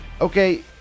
Okay